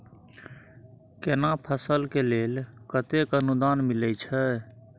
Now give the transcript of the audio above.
केना फसल के लेल केतेक अनुदान मिलै छै?